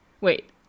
wait